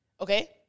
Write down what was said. okay